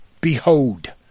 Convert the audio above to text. behold